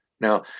Now